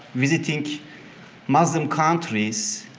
visiting muslim countries,